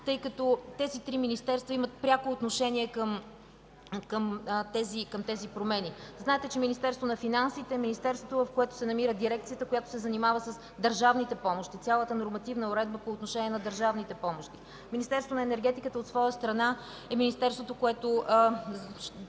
тъй като тези три министерства имат пряко отношение към тези промени. Знаете, че в Министерството на финансите се намира дирекцията, която се занимава с държавните помощи. Там е цялата нормативна уредба по отношение на държавните помощи. Министерството на енергетиката от своя страна трябва да вземе